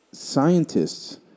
Scientists